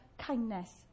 kindness